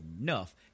enough